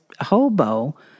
hobo